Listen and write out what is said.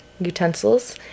utensils